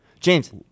James